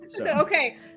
Okay